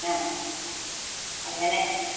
ആ അങ്ങനെ